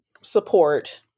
support